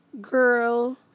girl